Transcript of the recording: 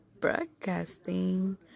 broadcasting